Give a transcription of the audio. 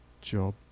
job